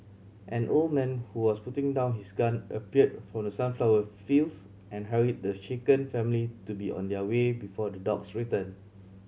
an old man who was putting down his gun appeared from the sunflower fields and hurried the shaken family to be on their way before the dogs return